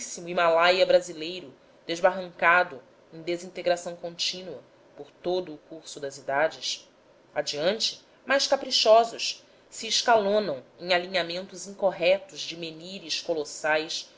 antiqüíssimo himalaia brasileiro desbarrancado em desintegração contínua por todo o curso das idades adiante mais caprichosos se escalonam em alinhamentos incorretos de menires colossais